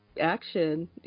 action